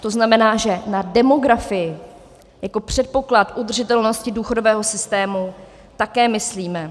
To znamená, že na demografii jako předpoklad udržitelnosti důchodového systému také myslíme.